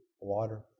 water